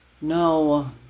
No